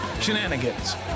Shenanigans